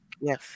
Yes